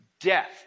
death